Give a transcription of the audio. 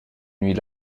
nuit